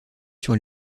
sur